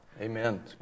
amen